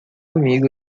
amigo